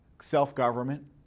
self-government